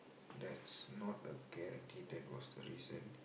that is not a guarantee that was a reason